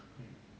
um